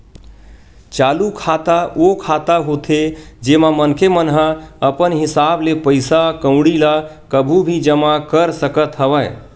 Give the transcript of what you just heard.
चालू खाता ओ खाता होथे जेमा मनखे मन ह अपन हिसाब ले पइसा कउड़ी ल कभू भी जमा कर सकत हवय